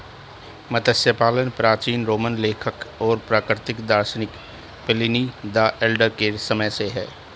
मत्स्य पालन प्राचीन रोमन लेखक और प्राकृतिक दार्शनिक प्लिनी द एल्डर के समय से है